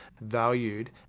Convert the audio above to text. valued